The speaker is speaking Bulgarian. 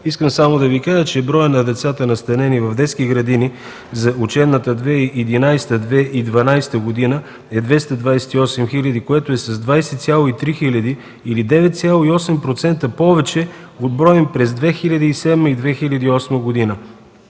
Искам само да Ви кажа, че броят на децата, настанени в детски градини за учебната 2011-2012 г., е 228 000, което е с 20 300, или 9,8% повече от броя през 2007-2008 г.